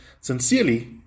sincerely